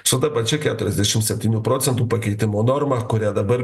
su ta pačia keturiasdešim septynių procentų pakeitimo norma kurią dabar